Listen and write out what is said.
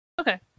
Okay